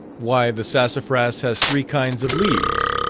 why the sassafras has three kinds of leaves,